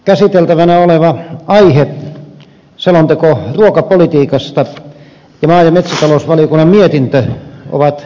käsiteltävänä oleva aihe selonteko ruokapolitiikasta ja maa ja metsätalousvaliokunnan mietintö on varsin tärkeä käsittelyn pohja